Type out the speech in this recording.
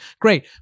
great